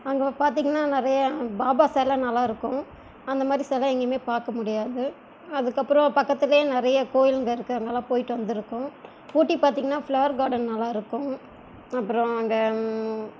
அங்கே பார்த்திங்கன்னா நிறைய பாபா செலை நல்லாயிருக்கும் அந்தமாதிரி செலை எங்கேயுமே பார்க்க முடியாது அதுக்கப்புறம் பக்கத்தில் நிறைய கோயிலுங்க இருக்குது அங்கேலாம் போயிட்டு வந்திருக்கோம் ஊட்டி பார்த்திங்கன்னா ஃப்ளவர் கார்டன் நல்லாயிருக்கும் அப்புறம் அங்கே